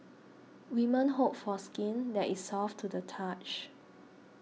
women hope for skin that is soft to the touch